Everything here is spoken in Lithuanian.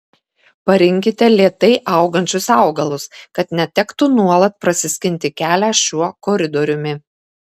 parinkite lėtai augančius augalus kad netektų nuolat prasiskinti kelią šiuo koridoriumi